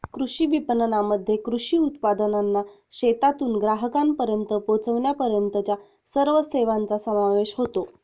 कृषी विपणनामध्ये कृषी उत्पादनांना शेतातून ग्राहकांपर्यंत पोचविण्यापर्यंतच्या सर्व सेवांचा समावेश होतो